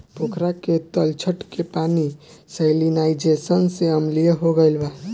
पोखरा के तलछट के पानी सैलिनाइज़ेशन से अम्लीय हो गईल बा